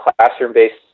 classroom-based